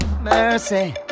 Mercy